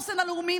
בציבור,